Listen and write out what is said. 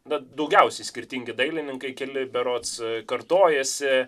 bet daugiausiai skirtingi dailininkai keliai berods kartojasi